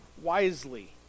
wisely